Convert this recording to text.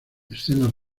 escenas